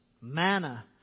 manna